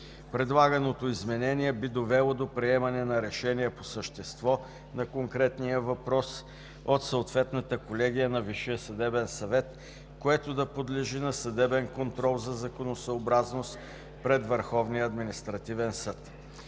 Предлаганото изменение би довело до приемане на решение по същество на конкретния въпрос от съответната колегия на Висшия съдебен съвет, което да подлежи на съдебен контрол за законосъобразност пред